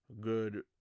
good